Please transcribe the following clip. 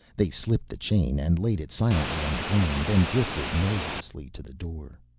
they slipped the chain and laid it silently on the ground, then drifted noiselessly to the door.